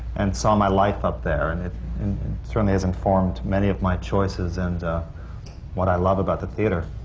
and saw my life up there, and it certainly has informed many of my choices and what i love about the theatre.